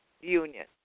union